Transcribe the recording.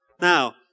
Now